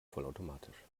vollautomatisch